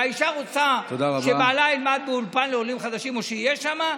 והאישה רוצה שבעלה ילמד באולפן לעולים חדשים או שיהיה שם,